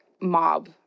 mob